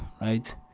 right